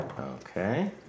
Okay